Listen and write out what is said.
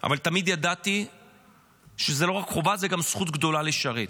אבל תמיד שזו לא רק חובה, זו גם זכות גדולה לשרת.